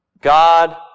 God